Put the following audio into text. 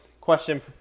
question